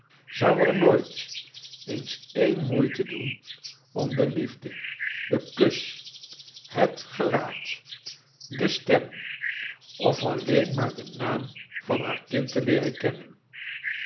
zou er nooit eens een moeite doen om de liefde den kus het gelaat de stem of alleen maar den naam van haar kind te leeren kennen